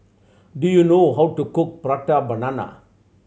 do you know how to cook Prata Banana